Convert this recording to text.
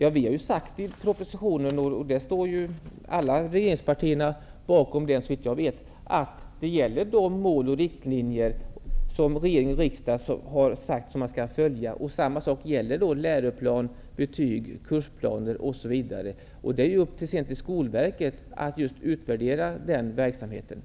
Det sägs i propostionen, som alla regeringspartier -- såvitt jag vet -- står bakom, att de mål och riktlinjer som regering och riksdag har fastställt skall gälla. Det gäller även läroplaner, betyg, kursplaner osv. Det ankommer sedan på Skolverket att utvärdera den verksamheten.